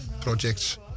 projects